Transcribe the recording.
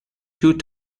two